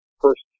first